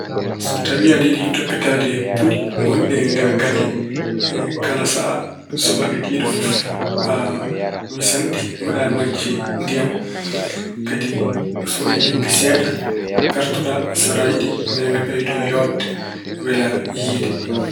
So tawi aɗa yiɗi toppitaade puɗi goɗɗi e nder galle, kala sahaa, suubaka e kikiiɗe fof, a wisan ɗi, mbaɗa e majji ndiyam. Kadi so waɗi lebbi seeɗa, peertoɗa saraaji ɗi mbele ina ɓeydoo yooɗde, wela yiyde.